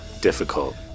difficult